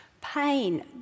pain